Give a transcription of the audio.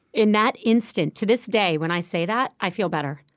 in that instant, to this day, when i say that, i feel better.